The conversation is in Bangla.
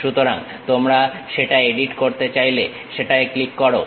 সুতরাং তোমরা সেটা এডিট করতে চাইলে সেটা ক্লিক করো